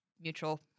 mutual